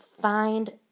find